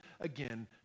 again